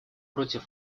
против